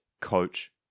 Coach